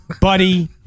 Buddy